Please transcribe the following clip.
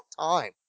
time